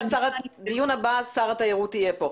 בדיון הבא שר התיירות יהיה פה.